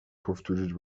powtórzyć